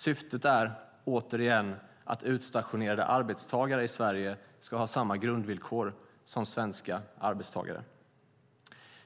Syftet är, återigen, att utstationerade arbetstagare i Sverige ska ha samma grundvillkor som svenska arbetstagare.